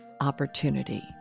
opportunity